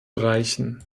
erreichen